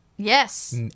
Yes